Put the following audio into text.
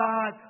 God